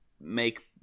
make